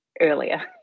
earlier